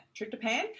tryptophan